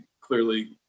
clearly